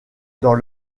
dans